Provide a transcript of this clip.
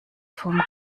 vom